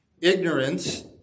Ignorance